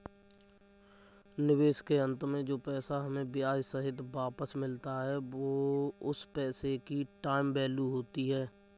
निवेश के अंत में जो पैसा हमें ब्याह सहित वापस मिलता है वो उस पैसे की टाइम वैल्यू होती है